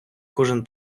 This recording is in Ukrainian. кожен